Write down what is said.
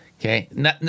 Okay